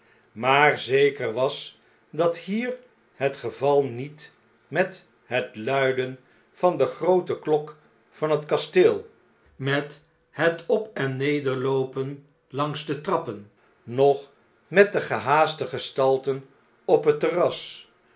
maar zeker was dat hier het geval niet met het luiden van de groote klok van het kasteel met het op en nederloopen langs de trappen noch met de gehaaste gestalten op het terras